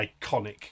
iconic